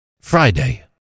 Friday